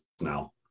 now